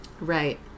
Right